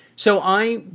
so i